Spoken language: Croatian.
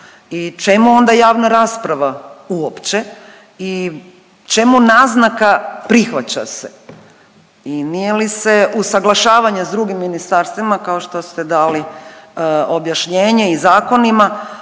čemu onda javna rasprava uopće i čemu naznaka prihvaća se i nije li se usaglašavanje s drugim ministarstvima kao što ste dali objašnjenje i zakonima